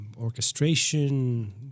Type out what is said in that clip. orchestration